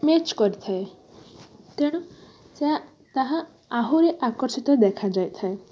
match କରିଥାଏ ତେଣୁ ତାହା ତାହା ଆହୁରି ଆକର୍ଷିତ ଦେଖାଯାଇଥାଏ